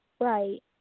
Right